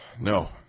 No